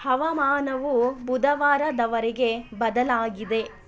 ಹವಾಮಾನವು ಬುಧವಾರದವರೆಗೆ ಬದಲಾಗಿದೆ